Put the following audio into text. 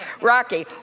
Rocky